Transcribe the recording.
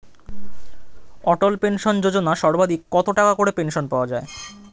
অটল pension Yojana সর্বাধিক কত টাকা করে পেনশন পাওয়া যায়?